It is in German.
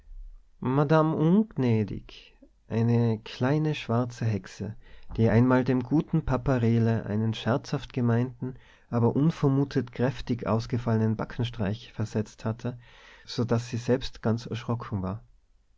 madamm ungnädig eine kleine schwarze hexe die einmal dem guten papa rehle einen scherzhaft gemeinten aber unvermutet kräftig ausgefallenen backenstreich versetzt hatte so daß sie selbst ganz erschrocken war